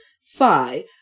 sigh